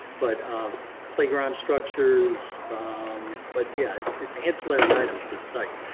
but um playground structures but yeah, it's it's ancillary items to the site.